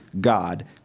God